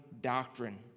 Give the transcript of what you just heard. doctrine